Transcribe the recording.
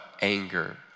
anger